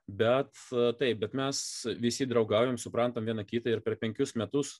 bet taip bet mes visi draugaujam suprantam viena kitą ir per penkis metus